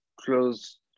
close